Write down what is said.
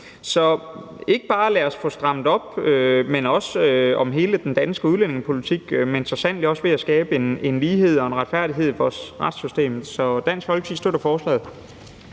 os ikke bare få strammet op om hele den danske udlændingepolitik, men så sandelig også ved at skabe en lighed og retfærdighed i vores retssystem, så Dansk Folkeparti støtter